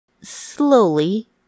slowly